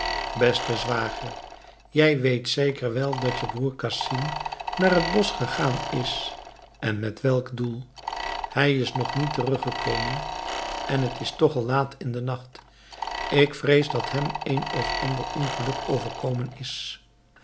beste zwager jij weet zeker wel dat je broer casim naar het bosch gegaan is en met welk doel hij is nog niet teruggekomen en het is toch al laat in den nacht ik vrees dat hem een of ander ongeluk overkomen is